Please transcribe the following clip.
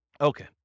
Okay